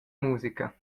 musica